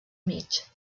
mig